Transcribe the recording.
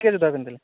ᱴᱷᱤᱠ ᱟᱪᱷᱮ ᱫᱚᱦᱚᱭ